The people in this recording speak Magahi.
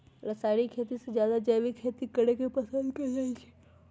रासायनिक खेती से जादे जैविक खेती करे के पसंद कएल जाई छई